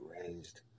raised